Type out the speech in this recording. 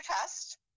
test